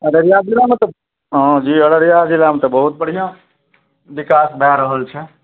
अररिया जिलामे तऽ हँ जी अररिया जिलामे तऽ बहुत बढ़िआँ विकास भए रहल छै